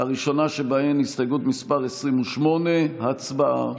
הראשונה שבהן, הסתייגות מס' 28, הצבעה.